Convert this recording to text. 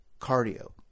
cardio